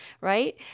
right